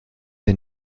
der